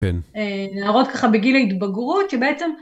להראות ככה בגיל להתבגרות שבעצם...